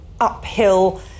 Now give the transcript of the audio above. uphill